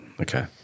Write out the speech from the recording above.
okay